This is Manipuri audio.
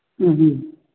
ꯎꯝ ꯎꯝ